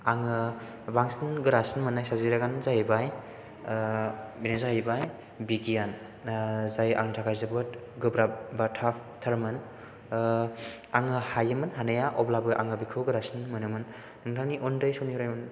आङो बांसिन गोरासिन मोननाय साबजेक्ट आनो जाहैबाय बेनो जाहैबाय बिगियान जाय आंनि थाखाय जोबोद गोब्राब एबा टाफ थारमोन आङो हायोमोन हानाया अब्लाबो आङो बेखौ गोरासिन मोनोमोन नोंथांनि उन्दै समनिफ्रायनो